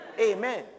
Amen